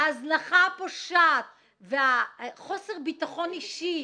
ההזנחה הפושעת וחוסר הביטחון האישי.